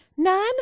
none